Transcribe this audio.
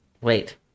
Wait